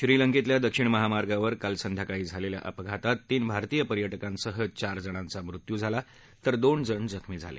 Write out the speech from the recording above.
श्रीलंकेतल्या दक्षिण महामार्गावर काल संध्याकाळी झालेल्या अपघातात तीन भारतीय पर्यटकांसह चार जणांचा मृत्यू झाला तर दोन जण जखमी झाले